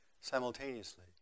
simultaneously